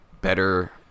better